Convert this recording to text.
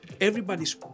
everybody's